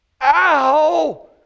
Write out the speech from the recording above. ow